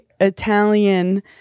Italian